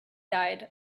died